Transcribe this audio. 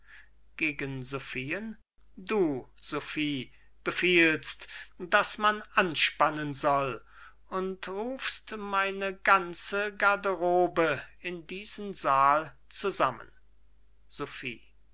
du sophie befiehlst daß man anspannen soll und rufst meine ganze garderobe in diesem saal